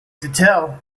tell